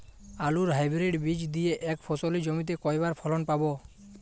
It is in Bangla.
আলুর হাইব্রিড বীজ দিয়ে এক ফসলী জমিতে কয়বার ফলন পাব?